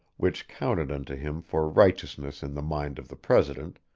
which counted unto him for righteousness in the mind of the president,